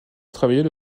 travaillait